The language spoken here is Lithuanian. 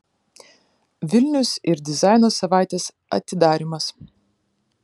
vilnius ir dizaino savaitės atidarymas